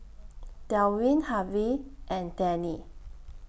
Delwin Harvey and Dannie